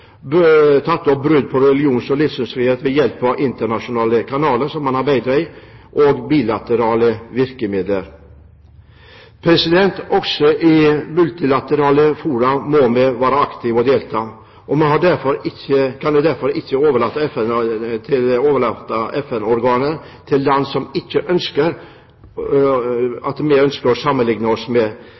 livssynsfrihet ved hjelp av internasjonale kanaler som man arbeider i, og ved hjelp av bilaterale virkemidler. Også i multilaterale fora må vi være aktive og delta. Vi kan derfor ikke overlate FN-organer til land som vi ikke ønsker å sammenlikne oss med. Hvis vi ikke bruker FN, må vi gjøre det vi kan for å få innflytelse på andre måter. Vi må samarbeide med